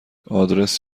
آدرس